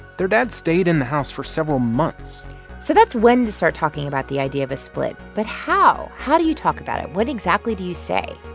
their dad stayed in the house for several months so that's when to start talking about the idea of a split, but how? how do you talk about it? what exactly do you say?